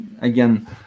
again